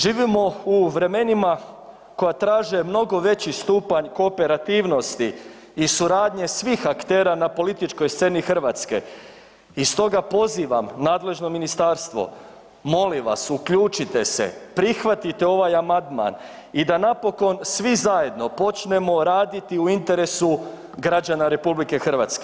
Živimo u vremenima koja traže mnogo veći stupanj kooperativnosti i suradnje svih aktera na političkoj sceni Hrvatske i stoga pozivam nadležno ministarstvo, molim vas, uključite se, prihvatite ovaj amandman i da napokon svi zajedno počnemo raditi u interesu građana RH.